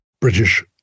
British